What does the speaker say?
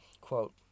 Quote